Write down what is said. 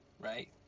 right